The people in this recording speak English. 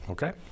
Okay